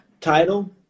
Title